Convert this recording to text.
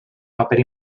paper